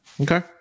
Okay